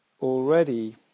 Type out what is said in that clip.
already